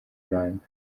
rwanda